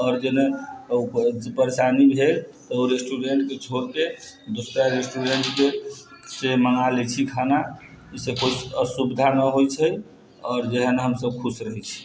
आओर जेना परेशानी भेल तऽ ओ रेस्टूरेन्टके छोड़िकऽ दोसरा रेस्टूरेन्टसँ मँगा लै छी खाना ओहिसँ किछु असुविधा नहि होइ छै आओर जे हइ ने हमसब खुश रहै छी